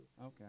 Okay